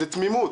זה תמימות.